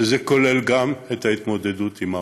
שכוללת גם את ההתמודדות עם העוני.